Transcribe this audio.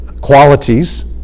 qualities